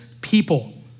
people